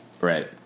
Right